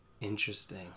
interesting